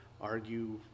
argue